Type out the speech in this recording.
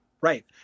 Right